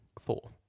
Four